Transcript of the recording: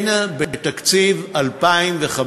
כן, בתקציב 2015,